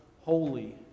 holy